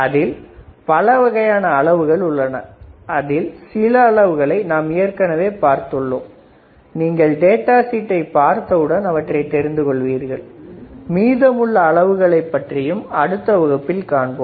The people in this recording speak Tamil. அதில் பல வகையான அளவுகள் உள்ளன அதில் சில அளவுகளை நாம் ஏற்கனவே பார்த்துள்ளோம் நீங்கள் டேட்டா சீட்டை பார்த்தவுடன் அவற்றை தெரிந்து கொள்வீர்கள் மீதமுள்ள அளவுகளை பற்றி அடுத்த வகுப்பில் காணலாம்